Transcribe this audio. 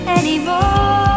anymore